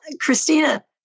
Christina